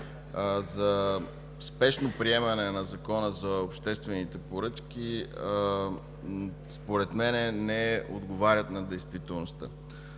за спешно приемане на Закона за обществените поръчки, според мен, не отговарят на действителността.